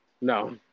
no